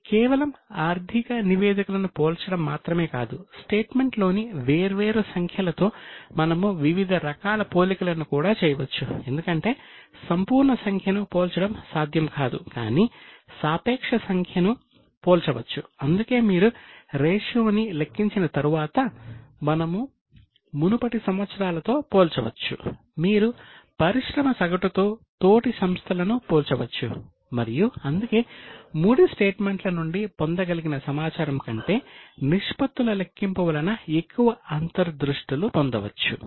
ఇది కేవలం ఆర్థిక నివేదికలను పోల్చడం మాత్రమే కాదు స్టేట్మెంట్ లెక్కింపు వలన ఎక్కువ అంతర్దృష్టులు పొందవచ్చు